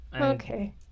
okay